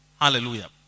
Hallelujah